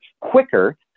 quicker